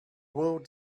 world